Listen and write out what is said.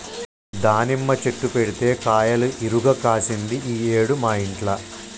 దానిమ్మ చెట్టు పెడితే కాయలు ఇరుగ కాశింది ఈ ఏడు మా ఇంట్ల